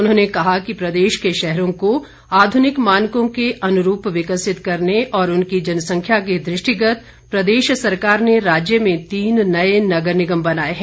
उन्होंने कहा कि प्रदेश के शहरों को आध्निक मानकों के अनुरूप विकसित करने और उनकी जनसंख्या के दृष्टिगत प्रदेश सरकार ने राज्य में तीन नये नगर निगम बनाये हैं